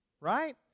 Right